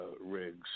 rigs